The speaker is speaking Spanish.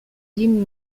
jing